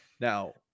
now